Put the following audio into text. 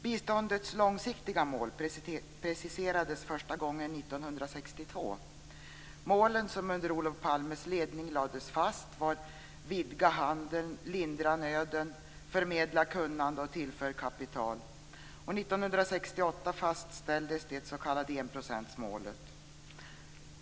Biståndets långsiktiga mål preciserades första gången 1962. De mål som under Olof Palmes ledning lades fast var att vidga handeln, lindra nöden, förmedla kunnande och tillföra kapital. År 1968 fastställdes det s.k. enprocentsmålet.